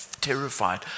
terrified